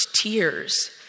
tears